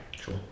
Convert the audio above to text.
Sure